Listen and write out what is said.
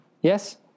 Yes